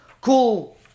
cool